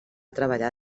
treballar